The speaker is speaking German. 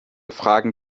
fragen